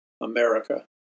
America